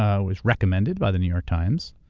um was recommended by the new york times,